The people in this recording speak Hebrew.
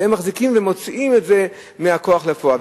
והם מחזיקים ומוציאים את זה מהכוח אל הפועל.